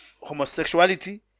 homosexuality